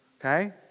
Okay